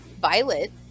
Violet